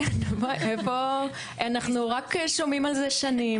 אנחנו רק שומעים על זה שנים,